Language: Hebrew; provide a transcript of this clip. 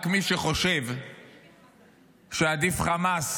רק מי שחושב שעדיף חמאס